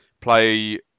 play